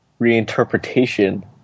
reinterpretation